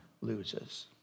loses